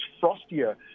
frostier